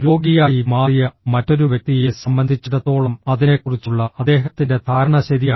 രോഗിയായി മാറിയ മറ്റൊരു വ്യക്തിയെ സംബന്ധിച്ചിടത്തോളം അതിനെക്കുറിച്ചുള്ള അദ്ദേഹത്തിന്റെ ധാരണ ശരിയായിരുന്നു